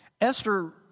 Esther